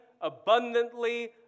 abundantly